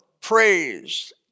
praised